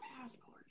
passport